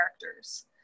characters